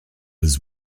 his